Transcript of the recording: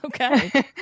okay